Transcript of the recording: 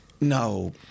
no